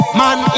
man